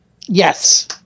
Yes